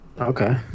Okay